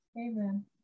Amen